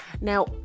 Now